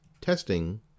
testing